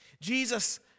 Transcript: Jesus